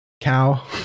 cow